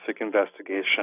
investigation